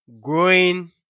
growing